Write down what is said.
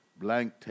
Blank